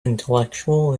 intellectual